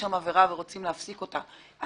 בחוות הגידול עבירה שרוצים להפסיק אותה,